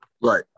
Right